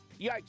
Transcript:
Yikes